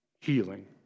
healing